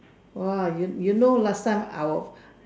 !wah! you you know last time our